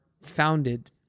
founded